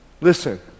Listen